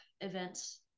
events